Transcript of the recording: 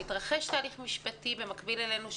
מתרחש תהליך משפטי במקביל אלינו,